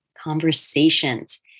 conversations